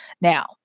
Now